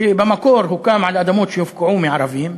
שבמקור הוקם על אדמות שהופקעו מערבים,